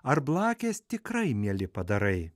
ar blakės tikrai mieli padarai